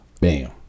Bam